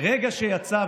מרגע שיצא,